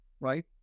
right